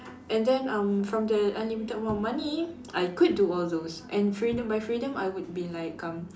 and then um from the unlimited amount of money I could do all those and freedom by freedom I would be like um